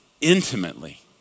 intimately